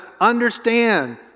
understand